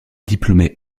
diplômée